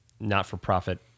not-for-profit